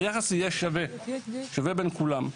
היחס יהיה שווה בין כולם.